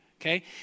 Okay